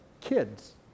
kids